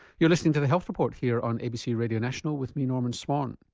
you're listening to the health report here on abc radio national with me norman swan.